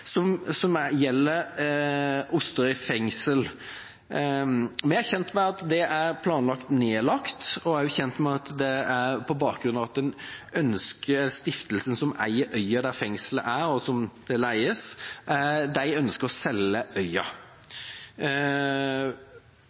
Folkeparti, som gjelder Osterøy fengsel. Vi er kjent med at det er planlagt nedlagt, og vi er også kjent med at det er på bakgrunn av at stiftelsen som eier øya som fengselet leier, ønsker å selge øya.